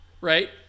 right